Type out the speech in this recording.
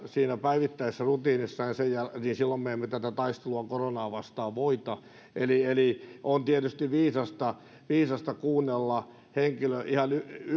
siinä päivittäisessä rutiinissaan niin silloin me emme tätä taistelua koronaa vastaan voita on tietysti viisasta viisasta kuunnella ihan